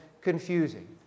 confusing